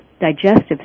digestive